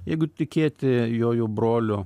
jeigu tikėti jojo brolio